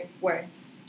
words